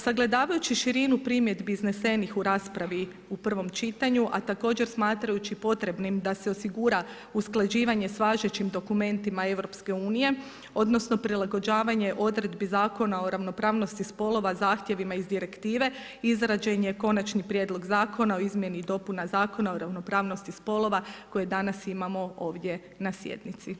Sagledavajući širinu primjedbi iznesenih u raspravi u prvom čitanju, a također smatrajući potrebnim da se osigura usklađivanjem s važećim dokumentima EU-a, odnosno prilagođavanje odredbi Zakona o ravnopravnosti spolova zahtjevima iz direktive, izrađen je Konačni prijedlog Zakona o izmjeni i dopunama Zakona o ravnopravnosti spolova koji danas imamo ovdje na sjednici.